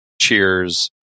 Cheers